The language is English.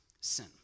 sin